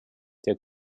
der